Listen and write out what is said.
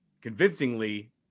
convincingly